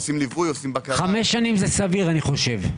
חמש שנים זה סביר, אני חושב.